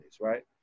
right